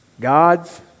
God's